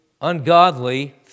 ungodly